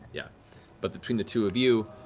yeah but between the two of you